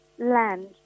land